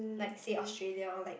like say Australia or like